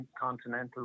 continental